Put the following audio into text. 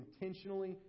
intentionally